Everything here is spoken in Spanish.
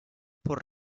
por